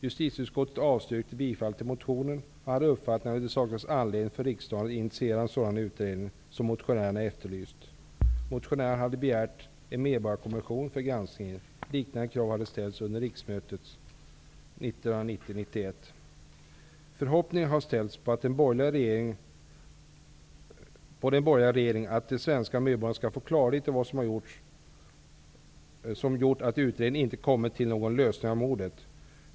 Justitieutskottet avstyrkte bifall till motionen och hade uppfattningen att det saknades anledning för riksdagen att initiera en sådan utredning som motionärerna efterlyste. Motionärerna hade begärt en medborgarkommission för granskningen. Liknande krav hade ställts under riksmötet Förhoppningar har ställts på den borgerliga regeringen att de svenska medborgarna skall få klarhet i vad som har gjort att utredningen inte har kommit till någon lösning av mordet.